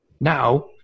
Now